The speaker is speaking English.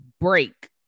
break